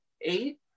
eight